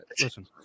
Listen